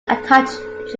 attaches